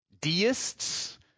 deists